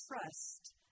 trust